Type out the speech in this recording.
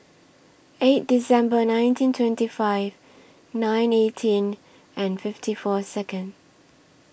eight December nineteen twenty five nine eighteen and fifty four Second